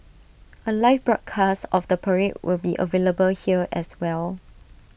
A live broadcast of the parade will be available here as well